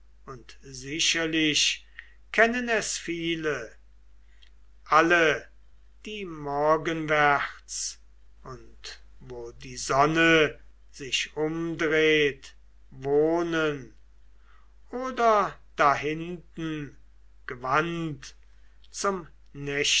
und sicherlich kennen es viele alle die morgenwärts und wo die sonne sich umdreht wohnen oder da hinten gewandt zum